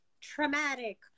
traumatic